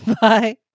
Bye